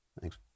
Thanks